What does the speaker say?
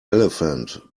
elephant